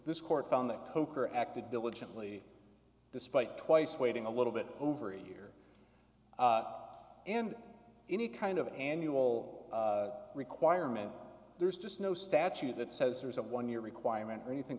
this court found that kolker acted diligently despite twice waiting a little bit over a year and any kind of annual requirement there's just no statute that says there's a one year requirement or anything